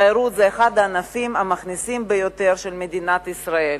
תיירות היא אחד הענפים המכניסים ביותר של מדינת ישראל,